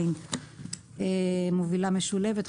מובילה משולבת.